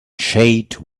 shade